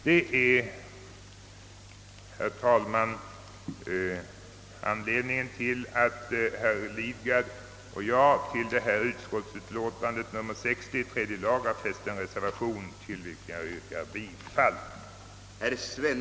Detta är, herr talman, anledningen till att herr Lidgard och jag till utskottsutlåtandet nr 60 från tredje lag utskottet har fäst en reservation, till vilken jag vill yrka bifall.